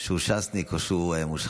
שהוא ש"סניק או שהוא מושחת.